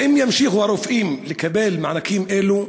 האם ימשיכו הרופאים לקבל מענקים אלו?